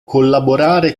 collaborare